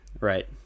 Right